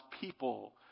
people